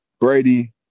Brady